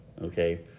okay